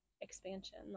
expansion